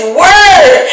word